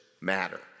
matter